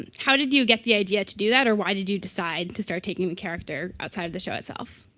and how did you get the idea to do that? or why did you decide to start taking the character outside of the show itself?